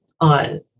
on